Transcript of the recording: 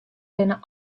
rinne